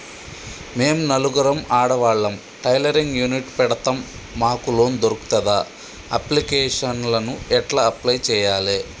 మేము నలుగురం ఆడవాళ్ళం టైలరింగ్ యూనిట్ పెడతం మాకు లోన్ దొర్కుతదా? అప్లికేషన్లను ఎట్ల అప్లయ్ చేయాలే?